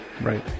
Right